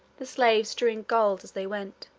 the slaves strewing gold as they went.